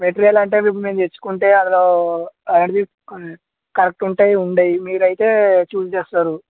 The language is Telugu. మెటీరీయల్ అంటే రేపు మేము తెచ్చుకుంటే యాడ్ చేసుకోండి కరెక్ట్ ఉంటాయి ఉండవు మీరు అయితే చూసి తెస్తారు